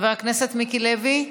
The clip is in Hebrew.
חבר הכנסת מיקי לוי,